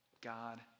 God